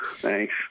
Thanks